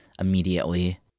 immediately